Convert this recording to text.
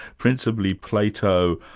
principally plato,